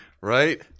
Right